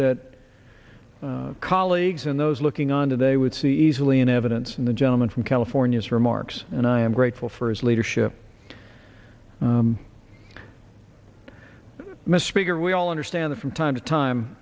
that colleagues in those looking on today would see easily in evidence in the gentleman from california remarks and i am grateful for his leadership mr speaker we all understand that from time to time